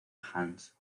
hans